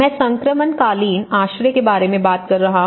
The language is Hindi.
मैं संक्रमणकालीन आश्रय के बारे में बात कर रहा हूं